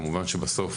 כמובן שבסוף